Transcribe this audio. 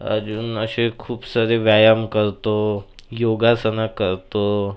अजून असे खूप सारे व्यायाम करतो योगासनं करतो